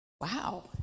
wow